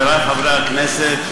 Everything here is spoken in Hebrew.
חברי חברי הכנסת,